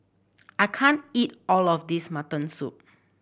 I can't eat all of this mutton soup